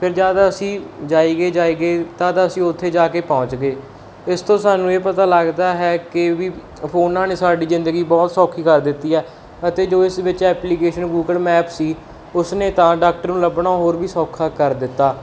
ਫਿਰ ਜਦੋਂ ਅਸੀਂ ਜਾਈ ਗਏ ਜਾਈ ਗਏ ਤਦ ਅਸੀਂ ਉੱਥੇ ਜਾ ਕੇ ਪਹੁੰਚ ਗਏ ਇਸ ਤੋਂ ਸਾਨੂੰ ਇਹ ਪਤਾ ਲੱਗਦਾ ਹੈ ਕਿ ਵੀ ਫੋਨਾਂ ਨੇ ਸਾਡੀ ਜ਼ਿੰਦਗੀ ਬਹੁਤ ਸੌਖੀ ਕਰ ਦਿੱਤੀ ਹੈ ਅਤੇ ਜੋ ਇਸ ਵਿੱਚ ਐਪਲੀਕੇਸ਼ਨ ਗੂਗਲ ਮੈਪ ਸੀ ਉਸਨੇ ਤਾਂ ਡਾਕਟਰ ਨੂੰ ਲੱਭਣਾ ਹੋਰ ਵੀ ਸੌਖਾ ਕਰ ਦਿੱਤਾ